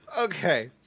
Okay